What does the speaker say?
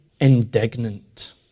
indignant